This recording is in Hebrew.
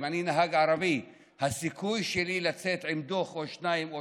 אם אני נהג ערבי הסיכוי שלי לצאת עם דוח או שניים או